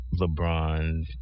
LeBron